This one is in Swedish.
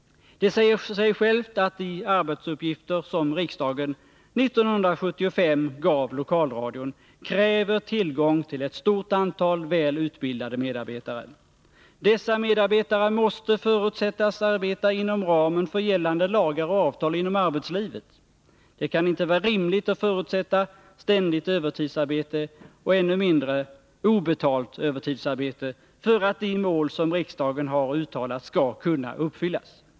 Det säger sig självt att de arbetsuppgifter som riksdagen 1975 gav lokalradion kräver tillgång till ett stort antal väl utbildade medarbetare. Dessa medarbetare måste förutsättas arbeta inom ramen för gällande lagar och avtal inom arbetslivet. Det kan inte vara rimligt att förutsätta ständigt övertidsarbete och ännu mindre obetalt övertidsarbete för att de mål som riksdagen har uttalat skall kunna uppfyllas.